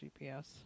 GPS